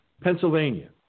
Pennsylvania